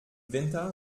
winter